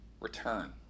return